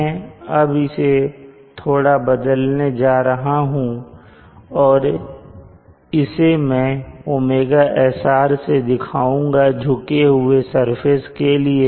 मैं अब इसे थोड़ा बदलने जा रहा हूं और इसे में ωsr से दिखाऊंगा झुके हुए सरफेस के लिए